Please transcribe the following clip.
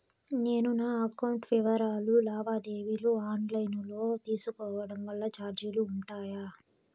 నేను నా అకౌంట్ వివరాలు లావాదేవీలు ఆన్ లైను లో తీసుకోవడం వల్ల చార్జీలు ఉంటాయా?